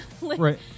Right